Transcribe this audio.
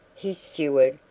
his steward,